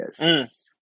Yes